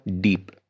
Deep